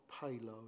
payload